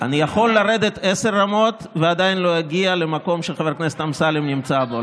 אני יכול לרדת עשר רמות ועדיין לא אגיע למקום שחבר הכנסת אמסלם נמצא בו,